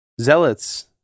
zealots